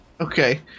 Okay